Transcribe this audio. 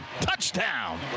Touchdown